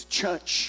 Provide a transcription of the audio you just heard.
church